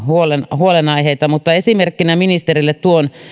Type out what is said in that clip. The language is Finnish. huolenaiheita mutta esimerkkinä ministerille tuon